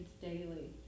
daily